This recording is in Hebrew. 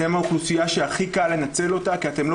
אתם האוכלוסייה שהכי קל לנצל אותה כי אתם לא